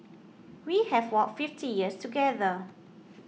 we have walked fifty years together